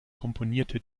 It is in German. komponierte